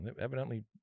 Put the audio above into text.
evidently